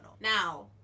now